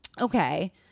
Okay